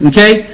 Okay